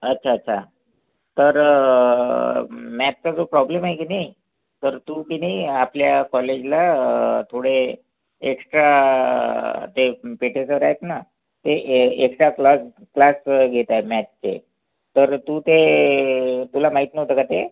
अच्छा अच्छा तर मॅथचा जो प्रॉब्लेम आहे की नाही तर तू की नाही आपल्या कॉलेजला थोडे एक्श्ट्रा ते पेठे सर आहेत ना ते ए एक्श्टा क्लास क्लास घेत आहेत मॅथचे तर तू ते तुला माहीत नव्हतं का ते